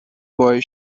boy